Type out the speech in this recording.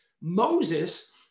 Moses